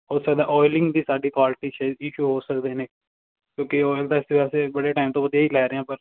ਹੋ ਸਕਦਾ ਓਈਲਿੰਗ ਦੀ ਸਾਡੀ ਕੁਆਲਿਟੀ 'ਚ ਇਸ਼ੂ ਹੋ ਸਕਦੇ ਨੇ ਕਿਉਂਕਿ ਓਇਲ ਤਾਂ ਅਸੀਂ ਵੈਸੇ ਬੜੇ ਟਾਈਮ ਤੋਂ ਵਧੀਆ ਹੀ ਲੈ ਰਹੇ ਹਾਂ ਪਰ